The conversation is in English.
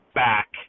back